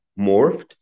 morphed